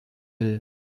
will